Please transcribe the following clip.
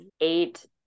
eight